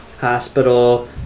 hospital